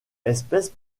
espèce